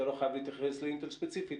אתה לא חייב להתייחס לאינטל ספציפית,